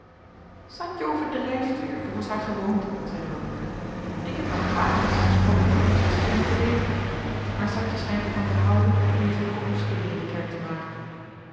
santje overdrijft weer volgens haar gewoonte zeide mijn moeder ik heb maar een paar menschen gesproken die er iets van schenen te weten maar santje schijnt er van te houden diergelijke opschuddingen in de kerk te maken